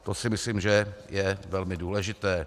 To si myslím, že je velmi důležité.